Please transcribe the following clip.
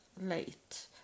late